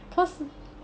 cause